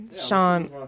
Sean